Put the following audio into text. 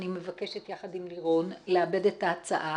אני מבקשת יחד עם לירון לעבד את ההצעה